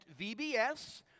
VBS